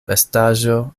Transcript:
estaĵo